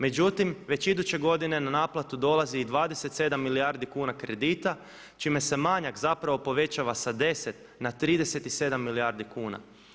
Međutim, već iduće godine na naplatu dolazi i 27 milijardi kuna kredita čime se manjak zapravo povećava sa 10 na 37 milijardi kuna.